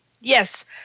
Yes